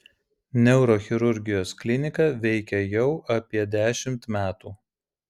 neurochirurgijos klinika veikia jau apie dešimt metų